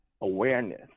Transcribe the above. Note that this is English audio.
awareness